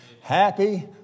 Happy